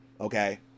Okay